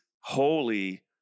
holy